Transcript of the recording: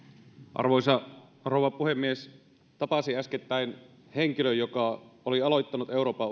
arvoisa rouva puhemies tapasin äskettäin henkilön joka oli aloittanut euroopan